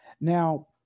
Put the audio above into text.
Now